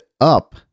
up